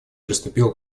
приступила